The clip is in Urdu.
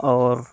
اور